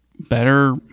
better